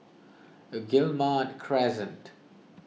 Guillemard Crescent